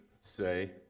say